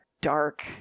dark